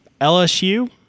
LSU